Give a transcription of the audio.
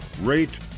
rate